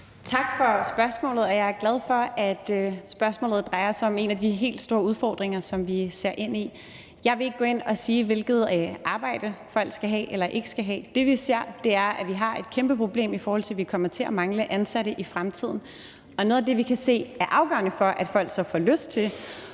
Tak for spørgsmålet. Jeg er glad for, at spørgsmålet drejer sig om en af de helt store udfordringer, som vi ser ind i. Jeg vil ikke gå ind og sige, hvilket arbejde folk skal have eller ikke skal have. Det, vi ser, er, at vi har et kæmpeproblem, fordi vi kommer til at mangle folk i fremtiden, og noget af det, vi kan se er afgørende for, at folk får lyst til